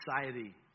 society